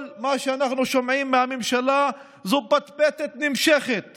כל מה שאנחנו שומעים מהממשלה זו פטפטת נמשכת